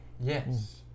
Yes